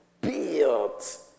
built